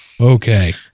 Okay